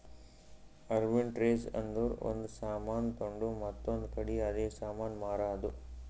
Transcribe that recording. arbitrage ಅಂದುರ್ ಒಂದ್ ಸಾಮಾನ್ ತೊಂಡು ಮತ್ತೊಂದ್ ಕಡಿ ಅದೇ ಸಾಮಾನ್ ಮಾರಾದ್